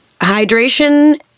hydration